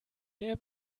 der